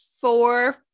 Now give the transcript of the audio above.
four